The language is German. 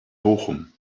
bochum